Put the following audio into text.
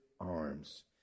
arms